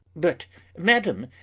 but madam,